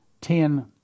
Ten